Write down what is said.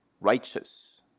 righteous